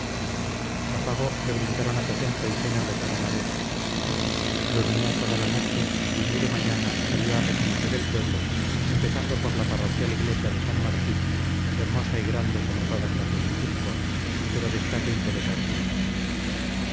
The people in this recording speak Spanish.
le brindaron aposento y cena los granaderos durmió toda la noche y muy de mañana salió a reconocer el pueblo empezando por la parroquial iglesia de san martín hermosa y grande como todas las de guipúzcoa pero de escaso interés artístico